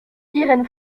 irène